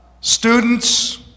students